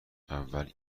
اول